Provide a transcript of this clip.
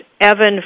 Evan